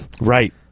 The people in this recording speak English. Right